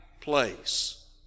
place